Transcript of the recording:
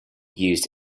used